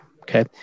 okay